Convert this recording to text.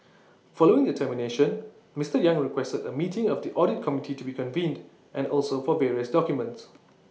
following the termination Mister yang requested A meeting of the audit committee to be convened and also for various documents